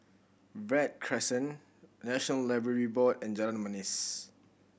Verde Crescent National Library Board and Jalan Manis